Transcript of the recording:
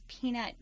peanut